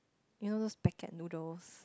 you know those packet noodles